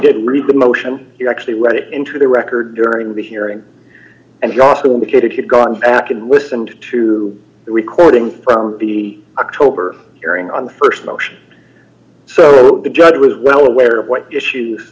didn't read the motion actually read into the record during the hearing and he also indicated he'd gone back and listened to d the recordings from the october hearing on the st motion so the judge was well aware of what issues